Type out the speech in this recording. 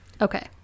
okay